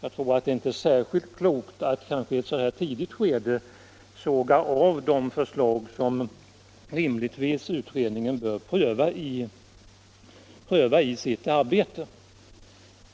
Det är inte särskilt klokt att i ett så här tidigt skede såga av de förslag som utredningen bör pröva i sitt arbete.